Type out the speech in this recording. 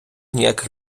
ніяких